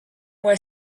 were